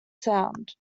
sound